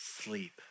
sleep